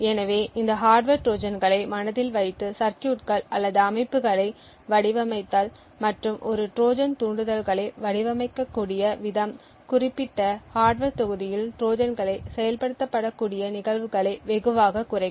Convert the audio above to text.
எனவே இந்த ஹார்ட்வர் ட்ரோஜான்களை மனதில் வைத்து சர்கியூட்கள் அல்லது அமைப்புகளை வடிவமைத்தல் மற்றும் ஒரு ட்ரோஜன் தூண்டுதல்களை வடிவமைக்கக்கூடிய விதம் குறிப்பிட்ட ஹார்ட்வர் தொகுதியில் ட்ரோஜான்களை செயல்படுத்தக்கூடிய நிகழ்வுகளை வெகுவாகக் குறைக்கும்